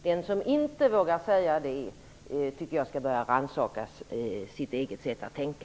Den som inte vågar säga det tycker jag skall börja rannsaka sitt eget sätt att tänka.